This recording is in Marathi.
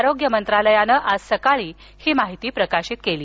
आरोग्य मंत्रालयानं आज सकाळी ही माहिती प्रकाशित केली